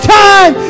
time